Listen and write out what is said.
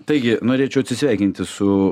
taigi norėčiau atsisveikinti su